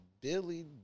Billy